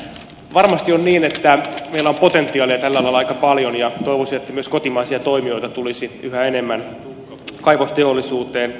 varmasti on niin että meillä on potentiaalia tällä alalla aika paljon ja toivoisin että myös kotimaisia toimijoita tulisi yhä enemmän kaivosteollisuuteen